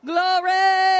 Glory